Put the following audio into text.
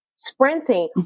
sprinting